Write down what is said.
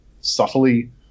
subtly